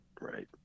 right